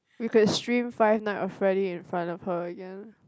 we could stream Five Night of Friday in front of her again